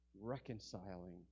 reconciling